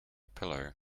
pillow